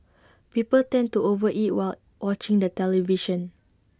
people tend to over eat while watching the television